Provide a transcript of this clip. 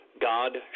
God